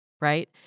right